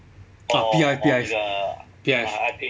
clarke P_I P_I P_I